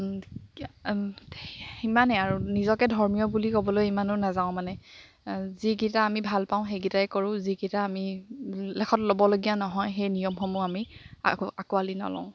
সিমানেই আৰু নিজকে ধৰ্মীয় বুলি ক'বলৈ ইমানো নেযাওঁ মানে যিকেইটাই আমি ভালপাওঁ সেইকেইটাই কৰোঁ যিকেইটা আমি লেখত ল'বলগীয়া নহয় সেই নিয়মসমূহ আমি আঁকোৱালি নলওঁ